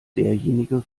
derjenige